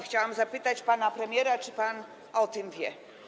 Chciałabym zapytać pana premiera, czy pan o tym wie.